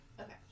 okay